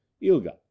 ilga